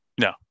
no